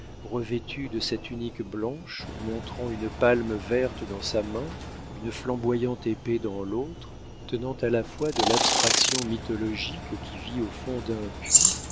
revêtu de sa tunique blanche montrant une palme verte dans sa main une flamboyante épée dans l'autre tenant à la fois de l'abstraction mythologique qui vit au fond d'un puits